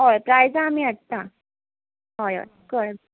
हय प्रायजां आमी हाडटा हय हय कळ्ळें